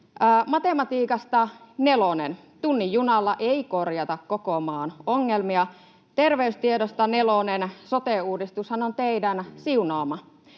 Matematiikasta nelonen: tunnin junalla ei korjata koko maan ongelmia. Terveystiedosta nelonen: sote-uudistushan on teidän siunaama.